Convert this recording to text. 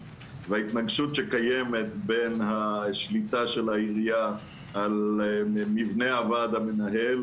וההתנגשות שקיימת בין השליטה של העירייה על מבנה הוועד המנהל,